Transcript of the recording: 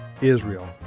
Israel